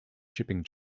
shipping